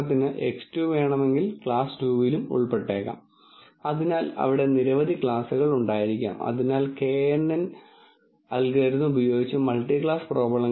നിങ്ങൾക്ക് തീർച്ചയായും പാരാമീറ്ററുകൾ കണക്കാക്കേണ്ടത് ഒരു ഫംഗ്ഷണൽ ഫോം മാത്രമാണ് എന്നാൽ നിങ്ങൾ ഏത് ഫംഗ്ഷണൽ ഫോമാണ് ഉപയോഗിക്കാൻ പോകുന്നത് എന്ന് നമ്മൾ ചിന്തിക്കേണ്ടതില്ല